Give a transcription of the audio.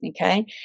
Okay